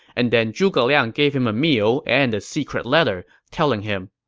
and then zhuge liang gave him a meal and a secret letter, telling him,